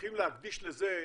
צריכים להקדיש לזה,